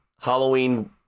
Halloween